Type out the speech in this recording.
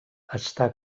està